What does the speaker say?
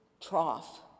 trough